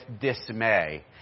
dismay